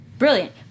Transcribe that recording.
Brilliant